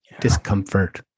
discomfort